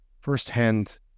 firsthand